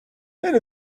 ahead